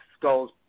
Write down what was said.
skulls